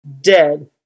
Dead